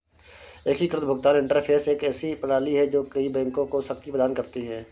एकीकृत भुगतान इंटरफ़ेस एक ऐसी प्रणाली है जो कई बैंकों को शक्ति प्रदान करती है